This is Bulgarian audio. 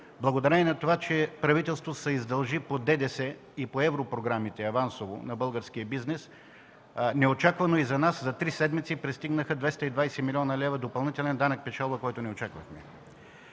благодарение на това, че правителството се издължи авансово по ДДС и по европрограмите на българския бизнес, неочаквано за нас за три седмици пристигнаха 220 млн. лв. допълнителен данък печалба, който не очаквахме.